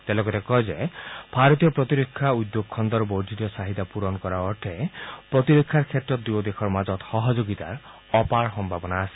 তেওঁ লগতে কয় যে ভাৰতীয় প্ৰতিৰক্ষা উদ্যোগ খণ্ডত বৰ্ধিত চাহিদা পূৰণ কৰাৰ অৰ্থে প্ৰতিৰক্ষাৰ ক্ষেত্ৰত দুয়ো দেশৰ মাজত সহযোগিতাৰ অপাৰ সম্ভাৱনা আছে